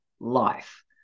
life